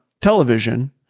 television